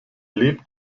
lebt